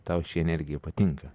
tau ši energija patinka